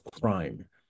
crime